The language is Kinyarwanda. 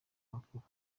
makuru